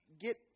get